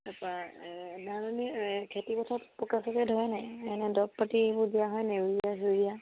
তাৰপৰা ধাননি এই খেতিপথাৰত পোকে চোকে ধৰেনে এনেই দৰৱ পাতি এইবোৰ দিয়া হয়নে ইউৰিয়া চিউৰিয়া